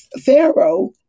Pharaoh